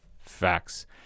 Facts